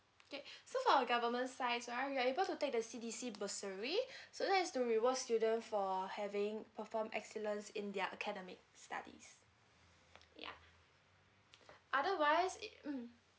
okay so our government side right you're able to take the C_D_C bursary so that is to rewards student for having perform excellence in their academic studies ya otherwise it mm